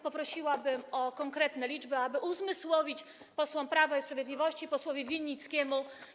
Proszę o konkretne liczby, aby uzmysłowić posłom Prawa i Sprawiedliwości, posłowi Winnickiemu.